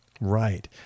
Right